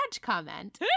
comment